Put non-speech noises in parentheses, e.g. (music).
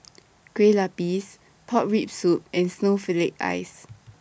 (noise) Kue Lupis Pork Rib Soup and Snowflake Ice